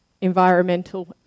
environmental